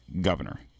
Governor